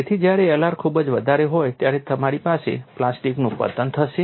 તેથી જ્યારે Lr ખૂબ વધારે હોય ત્યારે તમારી પાસે પ્લાસ્ટિકનું પતન થશે